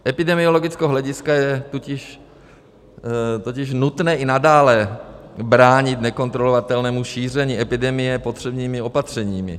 Z epidemiologického hlediska je totiž nutné i nadále bránit nekontrolovatelnému šíření epidemie potřebnými opatřeními.